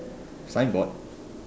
signboard